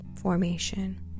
formation